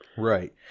Right